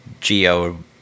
geo